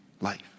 life